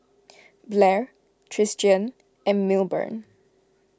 Blair Tristian and Milburn